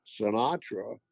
Sinatra